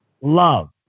love